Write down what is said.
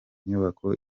nyubako